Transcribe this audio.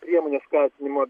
priemones skatinimo